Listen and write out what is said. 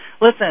listen